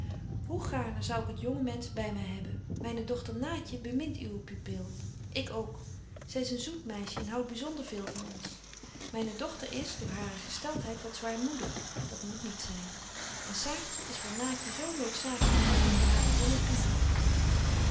hoe gaarne zou ik het jonge mensch by my hebben myne dochter naatje bemint uwe pupil ik ook zy is een zoet meisje en houdt byzonder veel van ons myne dochter is door hare gesteltheid wat zwaarmoedig dat moet niet zyn en saartje is voor naatje zo noodzaaklyk als die voor hare jonge vriendin